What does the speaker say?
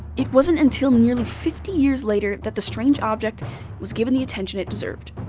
it wasn't until nearly fifty years later that the strange object was given the attention it deserved.